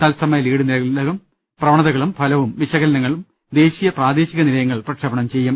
തൽസമയ lead നിലകളും പ്രവ ണതകളും ഫലവും വിശകലനങ്ങളും ദേശീയ പ്രാദേശിക നിലയങ്ങൾ പ്രക്ഷേ പണം ചെയ്യും